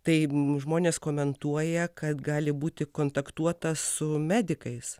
tai žmonės komentuoja kad gali būti kontaktuota su medikais